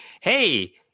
hey